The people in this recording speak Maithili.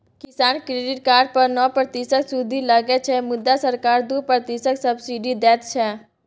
किसान क्रेडिट कार्ड पर नौ प्रतिशतक सुदि लगै छै मुदा सरकार दु प्रतिशतक सब्सिडी दैत छै